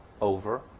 over